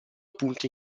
punti